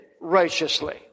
righteously